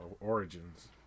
origins